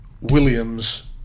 williams